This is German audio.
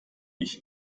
ich